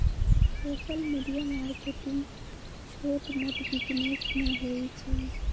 social media marketing छोट मोट business में होई छई